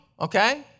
Okay